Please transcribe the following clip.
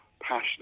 passionate